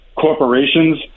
corporations